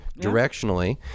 directionally